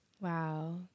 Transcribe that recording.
Wow